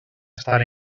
estar